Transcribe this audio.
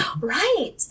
right